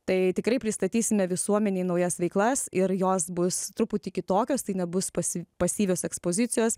tai tikrai pristatysime visuomenei naujas veiklas ir jos bus truputį kitokios tai nebus pasi pasyvios ekspozicijos